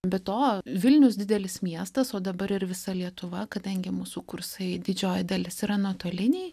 be to vilnius didelis miestas o dabar ir visa lietuva kadangi mūsų kursai didžioji dalis yra nuotoliniai